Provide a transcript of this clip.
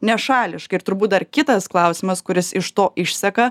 nešališkai ir turbūt dar kitas klausimas kuris iš to išseka